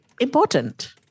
important